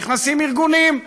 נכנסים ארגונים.